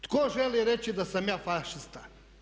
Tko želi reći da sam ja fašista?